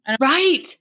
Right